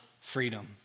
freedom